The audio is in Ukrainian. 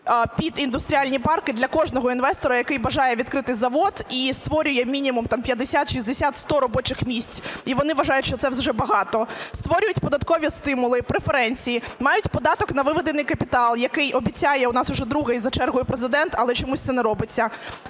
під індустріальні парки для кожного інвестора, який бажає відкрити завод і створює мінімум 50, 60, 100 робочих місць. І вони вважають, що це вже багато, створюють податкові стимули, преференції, мають податок на виведений капітал, який обіцяє в нас уже другий за чергою Президент, але чомусь це не робиться,